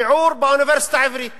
שיעור באוניברסיטה העברית